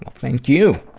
thank you,